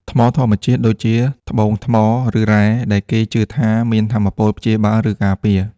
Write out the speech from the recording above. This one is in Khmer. ថ្មធម្មជាតិ ដូចជា ត្បូងថ្ម ឬរ៉ែ ដែលគេជឿថាមានថាមពលព្យាបាល ឬការពារ។